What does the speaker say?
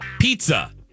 Pizza